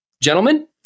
gentlemen